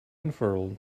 unfurled